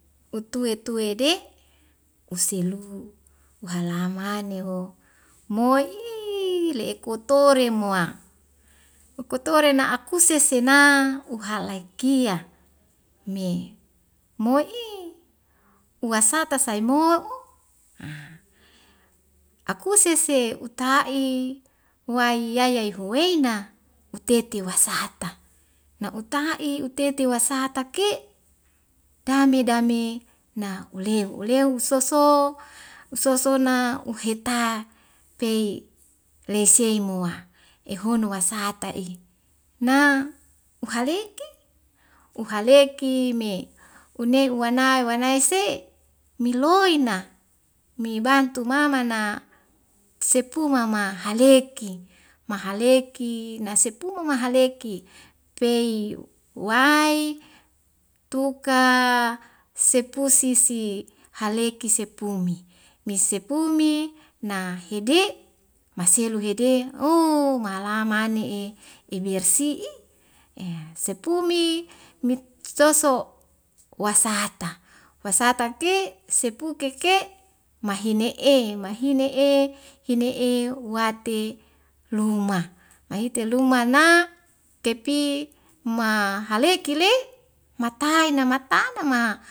Otue tue de oselu wahalamane ho moi'iii le ekotori moa ekotore na akuse sena uhalaik kia me moi'i uwasata sai mo'o ah akuse se uta'i wai yaya huwei na uteti wasata ke' dame dame na uleu uleu soso u sosona uheta pei rei sei mua ehono wasata'i na uhalik ke u haleki me une uwanai wanai se' miloina mibantu mama na sepu mama haleki mahaleki na sepuma mahaleki pei wai tuka sepu sisi haleki sepumi me sepumi na hede' maselu hede oo mala mani'i i bersi'i ea sepumi mit toso wasata wasata pe' sepu keke mahine'e mahiine'e hine'e wate luma mai ite lumat na kepi ma haleki le ma taina na mata ma